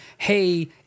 Hey